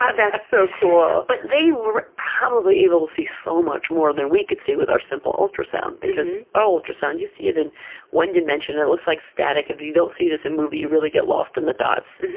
that's so cool. but they were probably able to see so much more than we could see with our simple ultrasound, because our ultrasound, you see it in one dimension and it looks like static. if you don't see it as a movie you really get lost in the dots.